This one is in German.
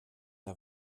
der